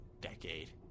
decade